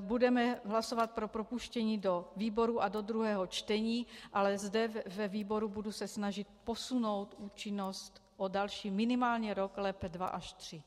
budeme hlasovat pro propuštění do výborů a do druhého čtení, ale zde ve výboru se budu snažit posunout účinnost o další minimálně rok, lépe dva až tři.